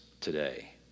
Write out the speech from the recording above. today